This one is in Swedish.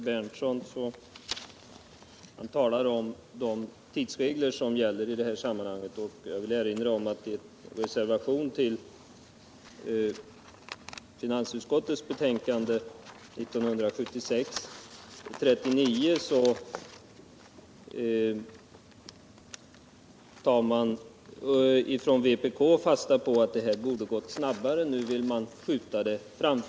Herr talman! Herr Berndtson talar om de tidsregler som gäller i detta sammanhang. Jag vill erinra om att vpk i en reservation vid finansutskottets betänkande 1975/76:39 framhöll att omfördelningen borde genomföras snabbare än vad utskottet förutsatte. Nu vill man skjuta frågan på framtiden.